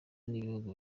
n’ibihugu